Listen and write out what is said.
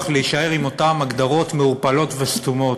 להישאר עם אותן הגדרות מעורפלות וסתומות.